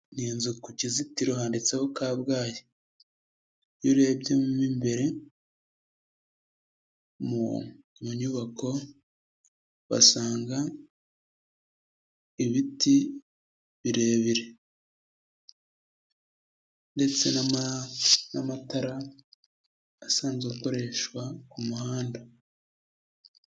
Ni inzu ku kizitiro handitseho Kabgayi, iyo urebye mu imbere, mu nyubako uhasanga ibiti birebire ndetse n'amatara asanzwe akoreshwa ku muhanda.